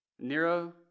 Nero